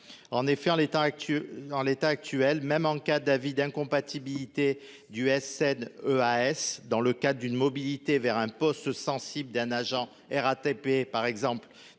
actuel en l'état actuel, même en cas d'avis d'incompatibilité du SN EAS dans le cas d'une mobilité vers un poste sensible d'un agent RATP par exemple